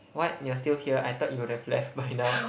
what you're still here I thought you would've left by now